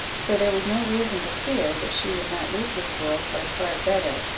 so there was no reason to fear that she would not leave this world for a far better,